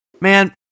Man